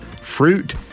fruit